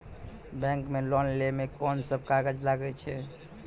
Bank मे loan लै मे कोन सब कागज लागै छै?